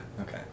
Okay